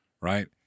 right